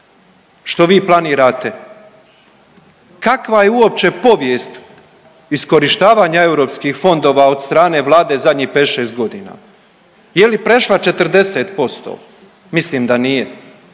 Što vi planirate, kakva je uopće povijest iskorištavanja europskih fondova od strane vlade zadnjih 5-6.g., je li prešla 40%, mislim da nije,